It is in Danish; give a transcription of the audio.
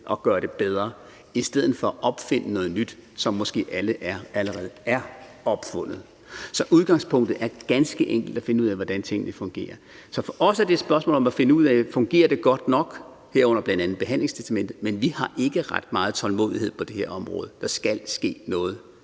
og gøre det bedre i stedet for at opfinde noget nyt, som måske allerede er opfundet. Så udgangspunktet er ganske enkelt at finde ud af, hvordan tingene fungerer. Så for os er det et spørgsmål om at finde ud af, om det fungerer godt nok, herunder bl.a. behandlingstestamentet. Men vi har ikke ret meget tålmodighed på det her område. Der skal ske noget.